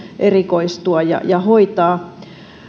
erikoistua ja ja hoitaa